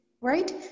right